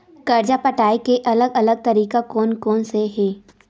कर्जा पटाये के अलग अलग तरीका कोन कोन से हे?